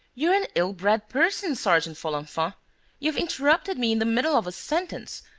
you're an ill-bred person, sergeant folenfant you've interrupted me in the middle of a sentence.